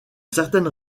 certaines